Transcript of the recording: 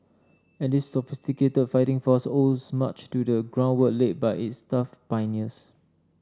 and this sophisticated fighting force owes much to the groundwork laid by its tough pioneers